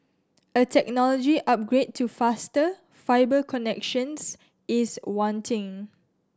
a technology upgrade to faster fibre connections is wanting